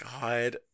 God